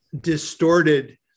distorted